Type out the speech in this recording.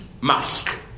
mask